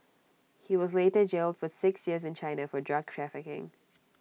he was later jailed for six years in China for drug trafficking